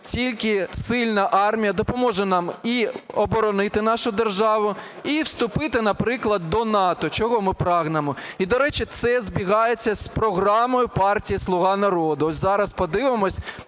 тільки сильна армія допоможе нам і оборонити нашу державу, і вступити, наприклад, до НАТО, чого ми прагнемо. І до речі, це збігається з програмою партії "Слуга народу". Ось зараз подивимося,